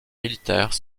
militaires